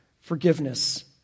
forgiveness